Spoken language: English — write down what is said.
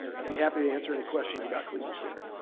i'd be happy to answer any questions about collegial steering.